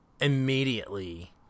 immediately